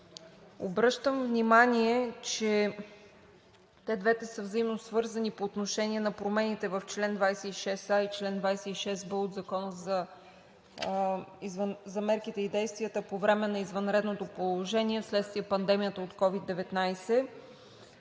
обръщам внимание, че те двете са взаимно свързани по отношение на промените в чл. 26а и чл. 26б от Закона за мерките и действията по време на извънредното положение вследствие пандемията от COVID-19.